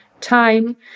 time